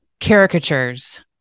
caricatures